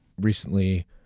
recently